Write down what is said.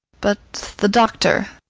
but the doctor?